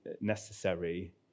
necessary